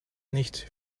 nicht